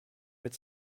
mit